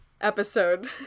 episode